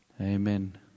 amen